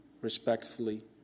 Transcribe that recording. respectfully